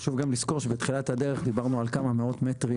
חשוב גם לזכור שבתחילת הדרך דיברנו על כמה מאות מטרים